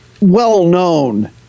well-known